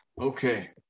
Okay